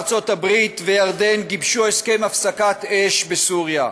ארצות הברית וירדן גיבשו הסכם הפסקת אש בסוריה,